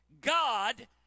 God